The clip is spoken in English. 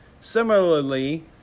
Similarly